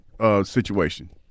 situation